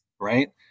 right